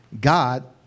God